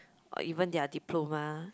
or even their diploma